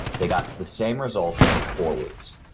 they got the same results in four weeks.